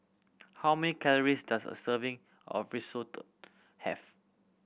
how many calories does a serving of Risotto have